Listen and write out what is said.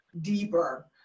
deeper